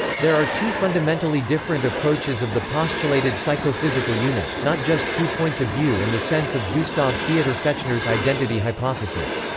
there are two fundamentally different approaches of the postulated psychophysical unit, not just two points-of-view in the sense of gustav theodor fechner's identity hypothesis.